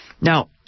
Now